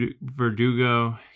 Verdugo